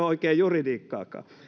oikein juridiikkaakaan